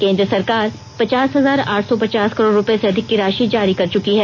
केन्द्र सरकार पचास हजार आठ सौ पचास करोड़ रुपए से अधिक की राशि जारी कर चुकी है